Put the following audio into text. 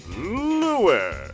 Lewis